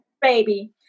baby